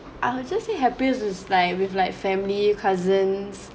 I'll just say happiest is like with like family cousins